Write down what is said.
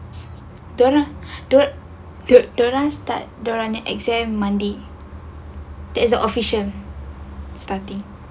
dia orang dia dia orang start nak exam monday that's the official starting